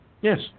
Yes